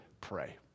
pray